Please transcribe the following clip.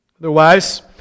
otherwise